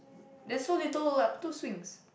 there's so little lap two swings